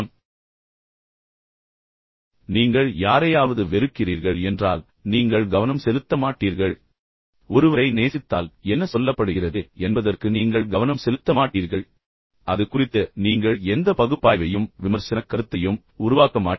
உதாரணமாக பேச்சாளருக்கு விரோதம் நீங்கள் யாரையாவது வெறுக்கிறீர்கள் என்றால் நீங்கள் கவனம் செலுத்த மாட்டீர்கள் மேலும் நீங்களும் ஒருவரை மீண்டும் நேசித்தால் என்ன சொல்லப்படுகிறது என்பதற்கு நீங்கள் கவனம் செலுத்த மாட்டீர்கள் நீங்கள் எல்லாவற்றையும் 100 சதவீதம் சரியானதாக எடுத்துக்கொள்வீர்கள் அது குறித்து நீங்கள் எந்த பகுப்பாய்வையும் விமர்சனக் கருத்தையும் உருவாக்க மாட்டீர்கள்